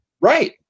Right